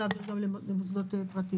אני באמת מנסה להבין הגיון.